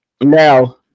Now